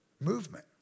Movement